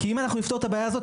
אם אנחנו נפתור את הבעיה הזאת,